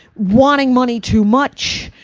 wanting money too much,